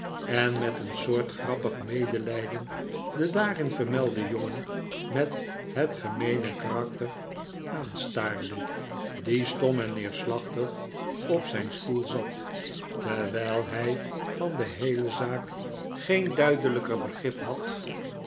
en met een soort grappig medelijden den daarin vermelden jongen met het gemeene karakter aanstaarde die stom en neerslachtig op zijn stoel zat terwijl hij van de heele zaak geen duidelijker begrip had